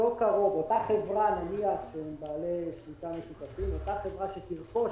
אותה חברה של בעלי שליטה משותפים שתרכוש